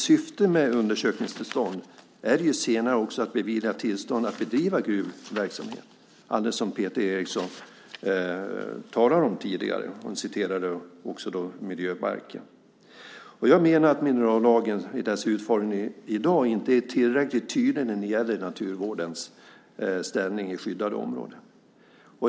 Syftet med undersökningstillstånd är senare också att bevilja tillstånd att bedriva gruvverksamhet, alldeles som Peter Eriksson talade om tidigare när han också citerade miljöbalken. Jag menar att minerallagen i dess utformning i dag inte är tillräckligt tydlig när det gäller naturvårdens ställning i skyddade områden.